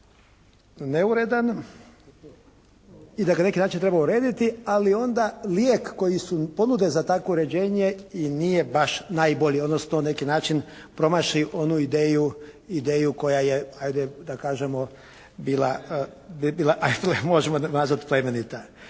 neuredan i da ga na neki način treba urediti, ali onda lijek koji im ponude za takvo uređenje i nije baš najbolji odnosno na neki način promaši onu ideju koja je ajde da kažemo bila, možemo nazvat plemenita.